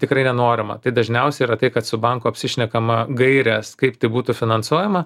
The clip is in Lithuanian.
tikrai nenorima tai dažniausiai yra tai kad su banku apsišnekama gaires kaip tai būtų finansuojama